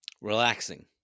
Relaxing